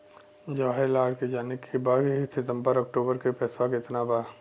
जवाहिर लाल के जाने के बा की सितंबर से अक्टूबर तक के पेसवा कितना बा?